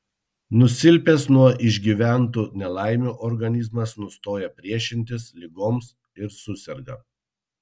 nusilpęs nuo išgyventų nelaimių organizmas nustoja priešintis ligoms ir suserga